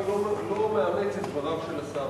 אני לא מאמץ את דבריו של השר,